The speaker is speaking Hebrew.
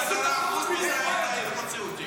תעשו תחרות --- על 10% מזה היית מוציא אותי.